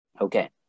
Okay